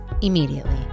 immediately